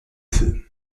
feu